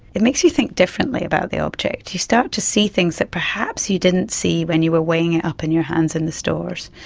it makes you think differently about the object. you start to see things that perhaps you didn't see when you were weighing it up in your hands in the stores.